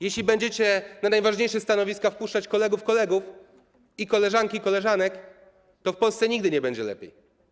Jeśli będziecie na najważniejsze stanowiska wpuszczać kolegów kolegów i koleżanki koleżanek, to w Polsce nigdy nie będzie lepiej.